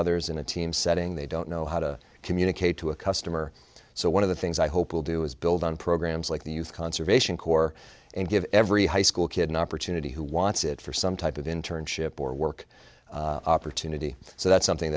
others in a team setting they don't know how to communicate to a customer so one of the things i hope will do is build on programs like the youth conservation corps and give every high school kid an opportunity who wants it for some type of internship or work opportunity so that's something